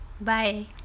Bye